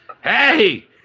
Hey